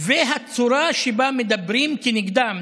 והצורה שבה מדברים כנגדם,